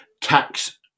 tax